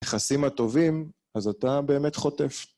נכסים הטובים, אז אתה באמת חוטף.